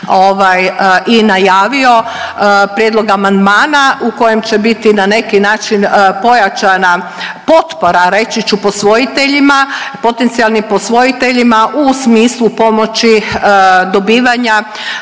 i najavio prijedlog amandmana u kojem će biti na neki način pojačana potpora reći ću posvojiteljima, potencijalnim posvojiteljima u smislu pomoći dobivanja